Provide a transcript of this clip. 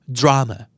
drama